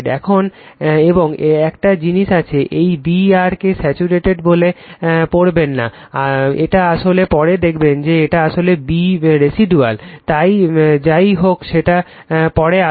এখন এবং একটা জিনিস আছে এই B r এটাকে স্যাচুরেটেড বলে পড়বেন না এটা আসলে পরে দেখবেন যে এটা আসলে B রেসিডুয়াল তাই যাই হোক সেটায় পরে আসব